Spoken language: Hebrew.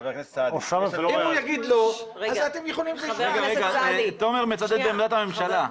תומר מצדד בעמדת הממשלה.